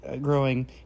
Growing